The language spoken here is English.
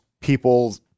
people